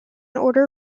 order